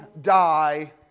die